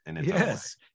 Yes